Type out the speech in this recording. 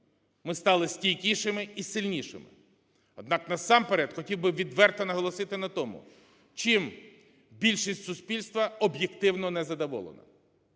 Ми стали стійкішими і сильнішими, однак насамперед хотів би відверто наголосити на тому, чим більшість суспільства об'єктивно незадоволена.